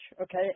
okay